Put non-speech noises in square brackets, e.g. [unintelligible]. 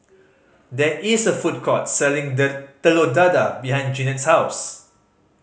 there is a food court selling [unintelligible] Telur Dadah behind Jeannette's house